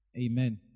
Amen